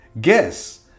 guess